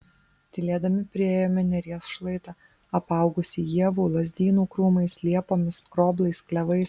tylėdami priėjome neries šlaitą apaugusį ievų lazdynų krūmais liepomis skroblais klevais